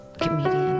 Comedian